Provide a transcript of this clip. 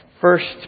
first